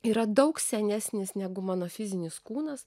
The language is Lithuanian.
yra daug senesnis negu mano fizinis kūnas